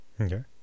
Okay